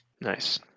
nice